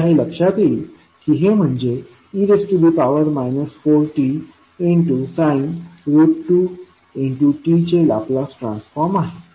तुमच्या हे लक्षात येईल की हे म्हणजे e 4tsin 2t चे लाप्लास ट्रान्सफॉर्म आहे